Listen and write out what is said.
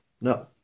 No